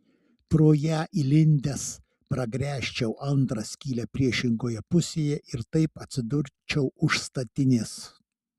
pro ją įlindęs pragręžčiau antrą skylę priešingoje pusėje ir taip atsidurčiau už statinės